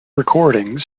recordings